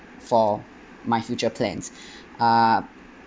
for my future plans uh